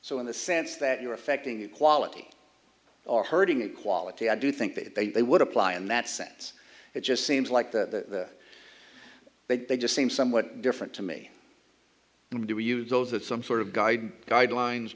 so in the sense that you're affecting equality or hurting equality i do think that they would apply in that sense it just seems like that but they just seem somewhat different to me and we use those as some sort of guide guidelines